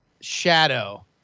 shadow